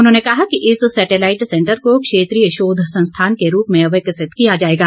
उन्होंने कहा कि इस सैटेलाईट सैंटर को क्षेत्रीय शोध संस्थान के रूप में विकसित किया जाएगा